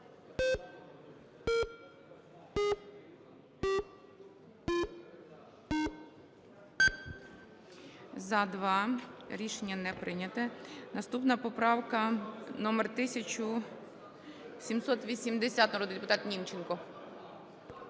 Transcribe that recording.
За-2 Рішення не прийнято. Наступна поправка номер 1780. Народний депутат Німченко.